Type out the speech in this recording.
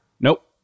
Nope